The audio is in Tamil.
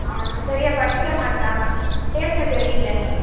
சரியாக படிக்க மாட்டேறான் சேர்க்கை சரி இல்லை